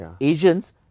Asians